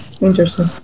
interesting